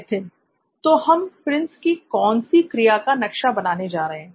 नित्थिन तो हम प्रिंस की कौन सी क्रिया का नक्शा बना रहे हैं